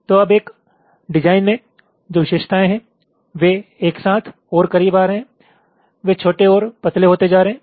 तो अब एक डिज़ाइन में जो विशेषताएं हैं वे एक साथ और करीब आ रहे हैं वे छोटे और पतले होते जा रहे हैं